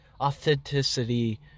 authenticity